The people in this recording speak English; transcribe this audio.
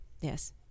yes